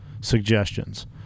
suggestions